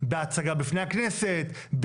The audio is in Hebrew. בהצגה בפני הכנסת,